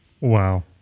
Wow